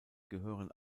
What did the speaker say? gehören